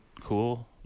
cool